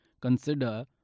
consider